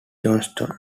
johnstone